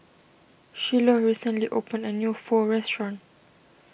Shiloh recently opened a new Pho restaurant